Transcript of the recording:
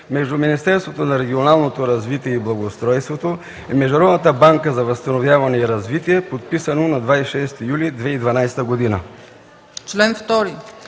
между Министерството на регионалното развитие и благоустройството и Международната банка за възстановяване и развитие, подписано на 26 юли 2012 г. Чл. 2.